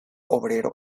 obrero